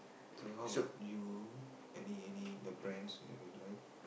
so how about you any any your brands that you like